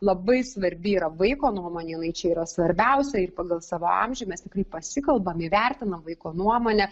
labai svarbi yra vaiko nuomonė jinai čia yra svarbiausia ir pagal savo amžių mes tikrai pasikalbam įvertinam vaiko nuomonę